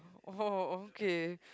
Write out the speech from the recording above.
oh okay